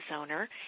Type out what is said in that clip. owner